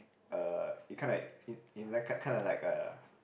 uh it kinda like it like kinda like a